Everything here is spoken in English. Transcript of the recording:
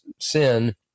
sin